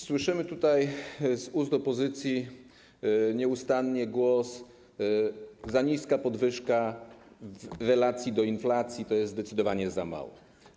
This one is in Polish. Słyszymy tutaj z ust opozycji nieustannie głos: za niska podwyżka w relacji do inflacji, to jest zdecydowanie za mało.